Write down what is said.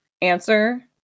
answer